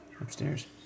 Upstairs